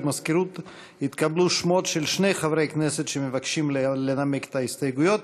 במזכירות התקבלו שמות של שני חברי כנסת שמבקשים לנמק את ההסתייגויות: